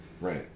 right